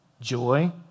joy